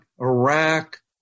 Iraq